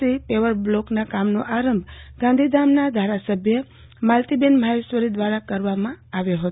C paver બ્લોકના કામનો આરંભ ગાંધીધામના ધારાસભ્ય માલતીબેન મહેશ્વરી દ્વારા કરવામાં આવ્યો હતો